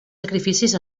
sacrificis